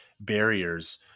barriers